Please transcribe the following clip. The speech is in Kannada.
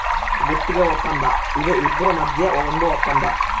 ಗುತ್ತಿಗೆ ವಪ್ಪಂದ ಇದು ಇಬ್ರು ಮದ್ಯ ಒಂದ್ ವಪ್ಪಂದ